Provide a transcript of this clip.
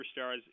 superstars